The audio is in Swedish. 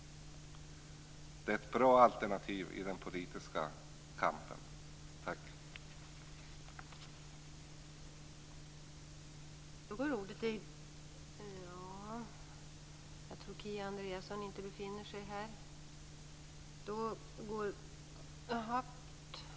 Det är ett bra alternativ i den politiska kampen.